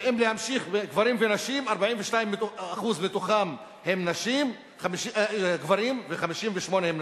ואם להמשיך לגבי גברים ונשים: 42% מהם גברים ו-58% נשים.